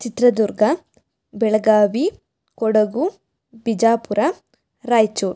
Chitradurga Belagavi Kodagu Bijapur Raichur